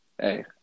hey